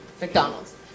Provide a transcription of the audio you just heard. McDonald's